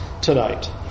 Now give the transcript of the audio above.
tonight